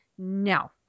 No